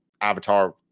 Avatar